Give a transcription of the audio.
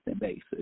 basis